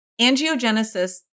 angiogenesis